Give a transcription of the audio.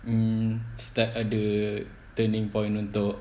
mm start ada turning point untuk